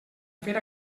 fer